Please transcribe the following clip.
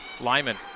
Lyman